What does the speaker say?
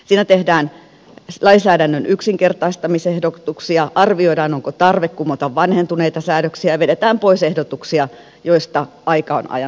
siinä tehdään lainsäädännön yksinkertaistamisehdotuksia arvioidaan onko tarve kumota vanhentuneita säädöksiä ja vedetään pois ehdotuksia joista aika on ajanut ohi